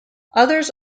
others